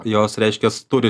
jos reiškias turi